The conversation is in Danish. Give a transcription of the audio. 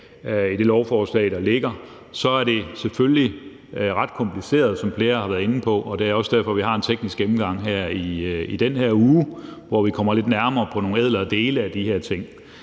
det lovforslag, der ligger her i dag, er det selvfølgelig ret kompliceret, som flere har været inde på, og det er også derfor, vi har en teknisk gennemgang i den her uge, hvor vi kommer lidt nærmere nogle ædlere dele af de her ting.